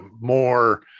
more